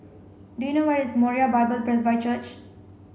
do you know where is Moriah Bible Presby Church